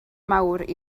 mawr